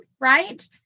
right